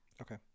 okay